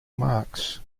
marks